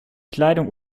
kleidung